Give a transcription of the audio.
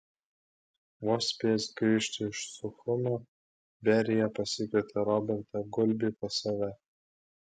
vos spėjęs grįžti iš suchumio berija pasikvietė robertą gulbį pas save